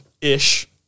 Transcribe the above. ish